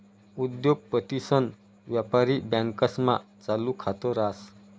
उद्योगपतीसन व्यापारी बँकास्मा चालू खात रास